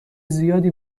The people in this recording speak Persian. زیادی